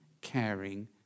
caring